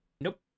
Nope